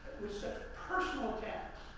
who sets personal attacks.